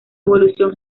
evolución